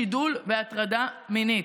שידול והטרדה מינית.